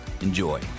Enjoy